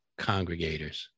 congregators